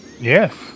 Yes